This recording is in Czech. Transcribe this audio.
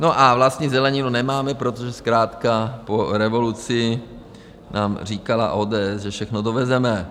No a vlastní zeleninu nemáme, protože zkrátka po revoluci nám říkala ODS, že všechno dovezeme.